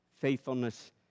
faithfulness